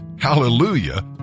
hallelujah